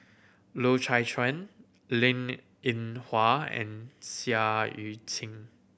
Loy Chye Chuan Linn In Hua and Seah Eu Chin